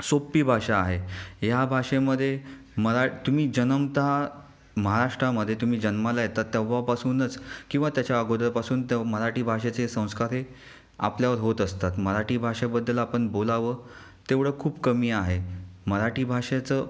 सोप्पी भाषा आहे ह्या भाषेमध्ये मरा तुम्ही जन्मता महाराष्ट्रामध्ये तुम्ही जन्माला येता तेव्हापासूनच किंवा त्याच्या अगोदरपासून तर मराठी भाषेचे संस्कार हे आपल्यावर होत असतात मराठी भाषेबद्दल आपण बोलावं तेवढं खूप कमी आहे मराठी भाषेचं